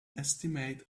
estimate